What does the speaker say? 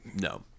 No